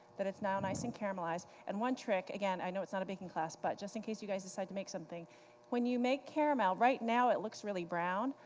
that it's now nice and caramelized. and one trick again i know it's not a baking class, but just in case you guys decide to make something when you make caramel, right now it looks really brown,